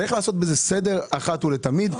צריך לעשות בזה סדר אחת ולתמיד,